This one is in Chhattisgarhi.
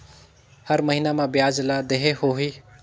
हर महीना मा ब्याज ला देहे होही?